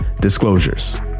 disclosures